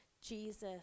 Jesus